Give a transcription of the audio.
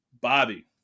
Bobby